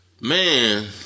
Man